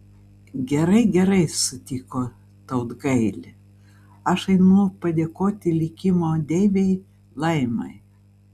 gerai gerai sutiko tautgailė aš einu padėkoti likimo deivei laimai